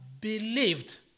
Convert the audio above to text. believed